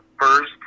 first